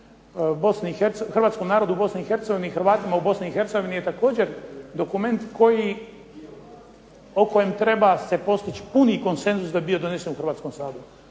Hrvatima u Bosni i Hercegovini, je također dokument koji, o kojem treba se postići puni konsenzus da bi bio donesen u Hrvatskom saboru.